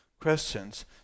questions